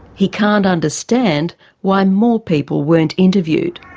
he can't understand why more people weren't interviewed.